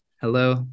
hello